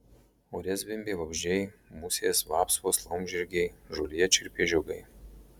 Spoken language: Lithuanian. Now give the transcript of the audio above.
ore zvimbė vabzdžiai musės vapsvos laumžirgiai žolėje čirpė žiogai